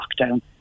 lockdown